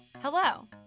Hello